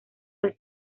las